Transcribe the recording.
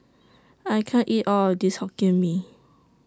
I can't eat All of This Hokkien Mee